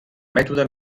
mètode